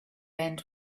end